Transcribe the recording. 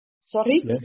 Sorry